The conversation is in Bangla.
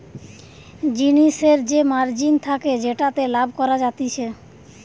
জিনিসের যে মার্জিন থাকে যেটাতে লাভ করা যাতিছে